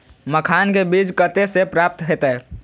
मखान के बीज कते से प्राप्त हैते?